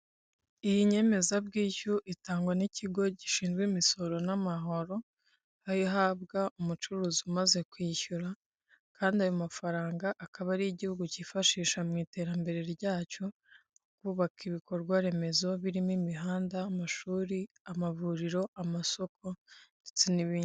Iyi nyemezabwishyu itangwa n'ikigo gishinzwe imisoro n'amahoro, aho ihabwa umucuruzi umaze kwishyura kandi ayo mafaranga akaba ariyo igihugu cyifashisha mu iterambere ryacyo bubaka ibikorwaremezo birimo imihanda, amashuri, amavuriro, amasoko ndetse n'ibindi.